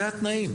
זה התנאים,